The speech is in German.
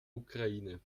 ukraine